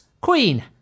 Queen